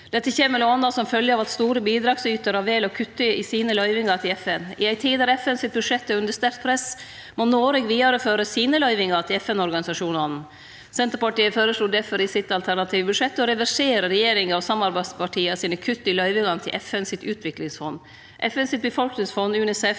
Dette kjem m.a. som følgje av at store bidragsytarar vel å kutte i løyvingane til FN. I ei tid då FNs budsjett er under sterkt press, må Noreg vidareføre løyvingane til FN-organisasjonane. Senterpartiet føreslo difor i sitt alternative budsjett å reversere regjeringa og samarbeidspartia sine kutt i løyvingane til FNs utviklingsfond, FNs befolkningsfond, UNICEF